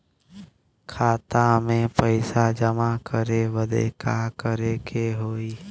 खाता मे पैसा जमा करे बदे का करे के होई?